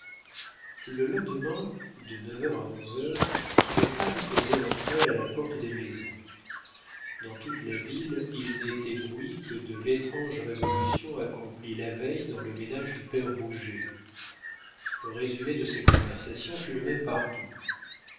le lendemain de neuf heures à onze heures les femmes causaient entre elles à la porte des maisons dans toute la ville il n'était bruit que de l'étrange révolution accomplie la veille dans le ménage du père rouget le résumé de ces conversations fut le même partout